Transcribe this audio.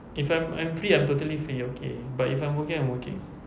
if I'm I'm free I'm totally free okay but if I'm working I'm working